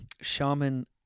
Shaman